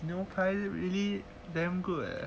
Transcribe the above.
牛排 really damn good eh